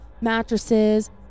mattresses